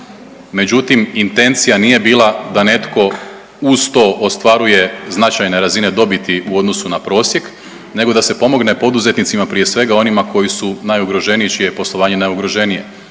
međutim intencija nije bila da netko uz to ostvaruje značajne razine dobiti u odnosu na prosjek nego da se pomogne poduzetnicima, prije svega onima koji su najugroženiji i čije je poslovanje najugroženije.